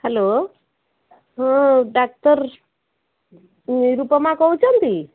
hello ହଁ ଡାକ୍ତର ନିରୁପମା କହୁଛନ୍ତି